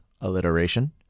alliteration